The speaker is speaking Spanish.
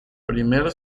primer